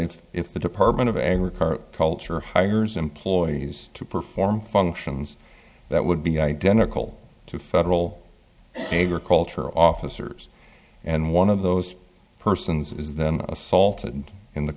if if the department of agriculture culture hires employees to perform functions that would be identical to federal agriculture officers and one of those persons is then assaulted and in the